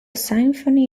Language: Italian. symphony